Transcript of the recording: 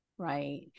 Right